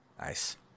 Nice